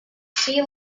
see